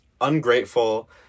ungrateful